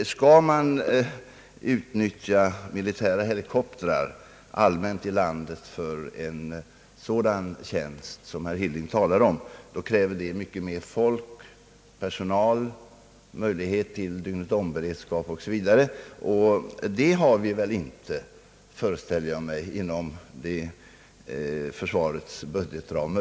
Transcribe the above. Skall man utnyttja militära helikoptrar allmänt i landet för en sådan tjänst, som herr Hilding talar om, krävs mycket större personal och möjligheter till dygnetomberedskap osv. Detta har vi väl inte, föreställer jag mig, möjligheter till inom försvarets budgetram.